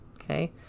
okay